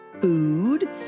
food